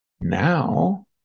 Now